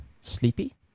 sleepy